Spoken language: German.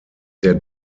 der